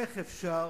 איך אפשר